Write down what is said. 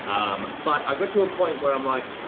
um but i got to a point where i'm like,